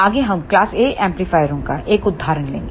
आगे हम class A एम्पलीफायरों का एक उदाहरण लेंगे